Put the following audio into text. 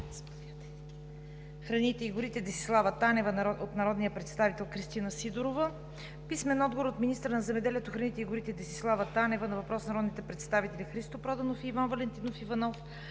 храните и горите Десислава Танева на въпрос от народния представител Кристина Сидорова; - министъра на земеделието, храните и горите Десислава Танева на въпрос от народните представители Христо Проданов и Иван Валентинов Иванов;